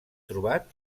trobat